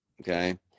Okay